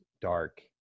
dark